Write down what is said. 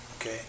Okay